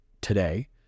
today